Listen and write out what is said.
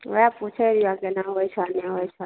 वएह पुछै केना होइ छै नइ होइ छै